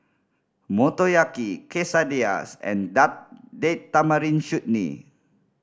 Motoyaki Quesadillas and Date Tamarind Chutney